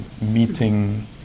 meeting